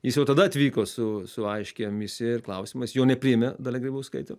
jis jau tada atvyko su su aiškia misija ir klausimas jo nepriėmė dalia grybauskaitė